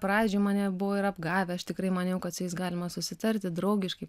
pradžioj mane buvo ir apgavę aš tikrai maniau kad su jais galima susitarti draugiškai